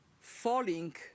falling